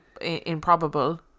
improbable